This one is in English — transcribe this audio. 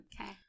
Okay